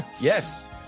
Yes